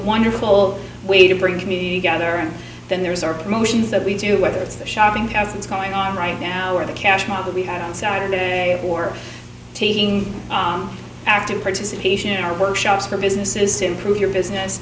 wonderful way to bring community together and then there's our promotions that we do whether it's the shopping because it's going on right now or the cash money that we had on saturday for taking active participation in our workshops for businesses to improve your business